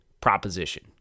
proposition